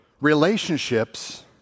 relationships